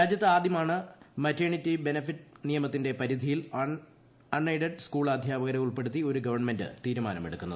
രാജ്യത്ത് ആദ്യമാണ് maternity benefit നിയമത്തിന്റെ പരിധിയിൽ എയ്ഡഡ് അൺ സ്കൂൾ അധ്യാപകരെ ഉൾപ്പെടുത്തി ഒരു ഗവൺമെന്റ് തീരുമാനമെടുക്കുന്നത്